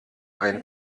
ein